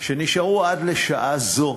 שנשארו עד לשעה זו,